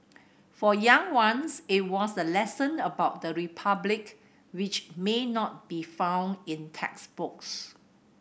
for younger ones it was a lesson about the Republic which may not be found in textbooks